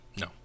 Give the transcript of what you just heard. no